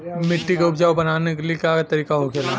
मिट्टी के उपजाऊ बनाने के लिए का करके होखेला?